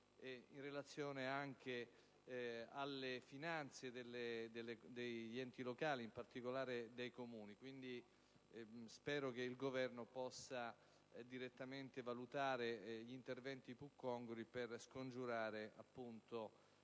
in relazione anche alle finanze degli enti locali e in particolare dei Comuni. Spero che il Governo possa direttamente valutare gli interventi più congrui per scongiurare che